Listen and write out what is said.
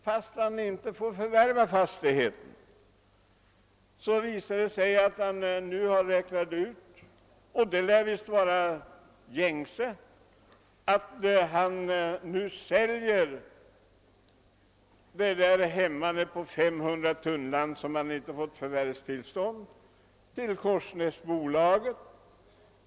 Fastän han inte får förvärva fastigheten visar det sig nu att han har möjlighet att sälja hemmanet — och detta förfaringssätt lär vara gängse — på 500 tunnland till Korsnäsbolaget.